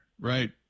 Right